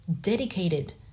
dedicated